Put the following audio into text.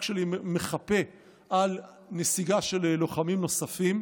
שלי מחפה על נסיגה של לוחמים נוספים,